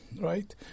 right